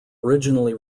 originally